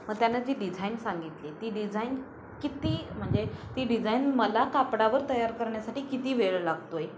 मग त्यानं जी डिझाईन सांगितली ती डिझाईन किती म्हणजे ती डिझाईन मला कापडावर तयार करण्यासाठी किती वेळ लागतो आहे